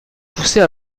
pousser